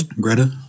Greta